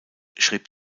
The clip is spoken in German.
schrieb